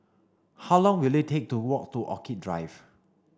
how long will it take to walk to Orchid Drive